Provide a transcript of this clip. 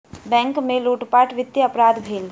bank में लूटपाट वित्तीय अपराध भेल